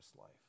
life